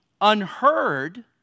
unheard